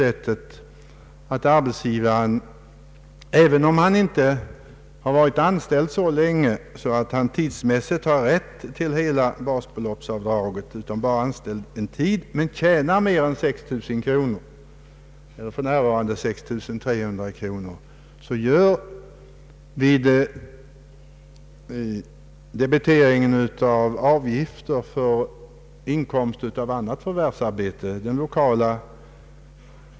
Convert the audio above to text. Även om arbetstagaren bara varit anställd en kortare tid men ändå tjänat mer än 6 000 kronor — nu är ju basbeloppet 6 300 kronor — så blir det arbetsgiva ren som får tillgodoräkna sig hela den summan.